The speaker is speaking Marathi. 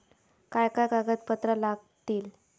काय काय कागदपत्रा लागतील?